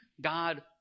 God